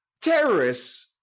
terrorists –